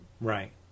Right